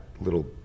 little